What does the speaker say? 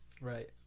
Right